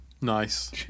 Nice